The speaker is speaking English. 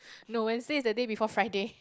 no Wednesday is the day before Friday